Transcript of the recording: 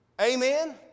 Amen